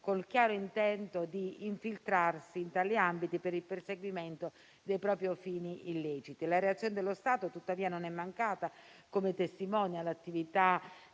col chiaro intento di infiltrarsi in tali ambiti per il perseguimento dei propri fini illeciti. La reazione dello Stato, tuttavia, non è mancata, come testimoniano l'attività